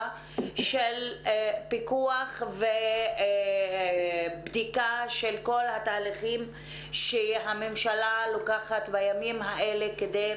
של פיקוח ובדיקה של כל התהליכים שהממשלה לוקחת בימים האלה כדי